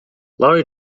lorry